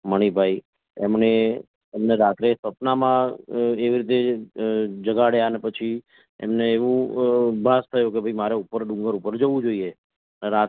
મણિભાઈ એમણે એમને રાત્રે સપનામાં જે રીતે જગાડ્યાને પછી એમને એવું ભાસ થયું કે ભાઈ મારે ઉપર ડુંગર ઉપર જવું જોઈએ